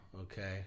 okay